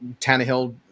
Tannehill